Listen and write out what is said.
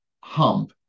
hump